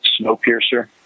Snowpiercer